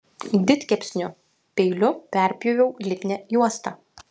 didkepsnių peiliu perpjoviau lipnią juostą